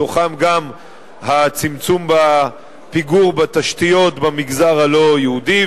בתוכו גם הצמצום בפיגור בתשתיות במגזר הלא-יהודי,